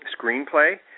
screenplay